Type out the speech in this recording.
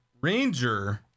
Ranger